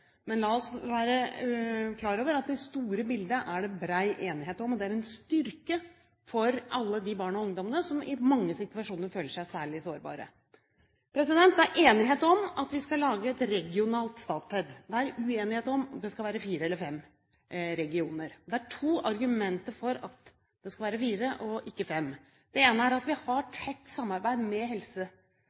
Men la oss være klar over at det store bildet er det bred enighet om, og det er en styrke for alle de barna og ungdommene som i mange situasjoner føler seg særlig sårbare. Det er enighet om at vi skal lage et regionalt Statped. Det er uenighet om det skal være fire eller fem regioner. Det er to argumenter for at det skal være fire og ikke fem. Det ene er at vi har tett samarbeid med